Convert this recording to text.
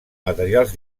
materials